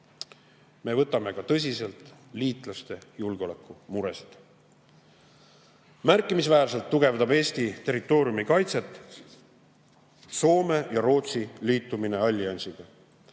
Me võtame tõsiselt ka liitlaste julgeolekumuresid. Märkimisväärselt tugevdab Eesti territooriumi kaitset Soome ja Rootsi liitumine alliansiga.